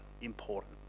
important